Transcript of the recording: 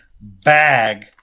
bag